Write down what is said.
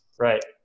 right